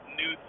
new